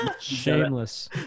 Shameless